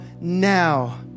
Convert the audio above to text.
now